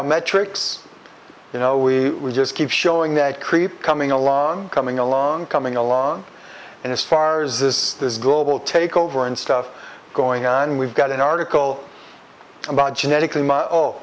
biometrics you know we just keep showing that creep coming along coming along coming along and as far as this is this global takeover and stuff going on we've got an article about genetically my o